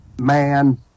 man